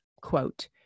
quote